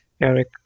Eric